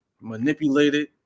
manipulated